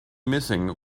missing